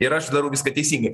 ir aš darau viską teisingai